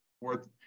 worth